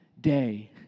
day